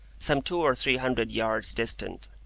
some two or three hundred yards distant.